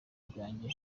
bwanjye